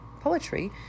poetry